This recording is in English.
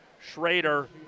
Schrader